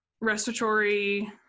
respiratory